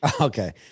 Okay